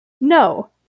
no